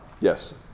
Yes